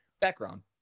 background